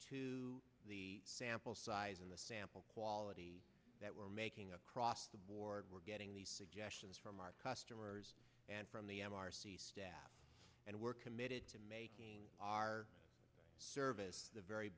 to the sample size in the sample quality that we're making across the board we're getting these suggestions from our customers and from the m r c staff and we're committed making our service the very